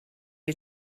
you